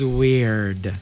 weird